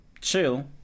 chill